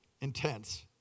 intense